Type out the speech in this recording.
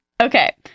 Okay